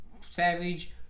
Savage